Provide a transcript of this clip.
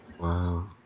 Wow